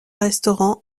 restaurant